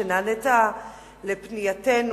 שנענית לפנייתנו,